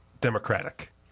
democratic